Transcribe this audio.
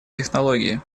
технологии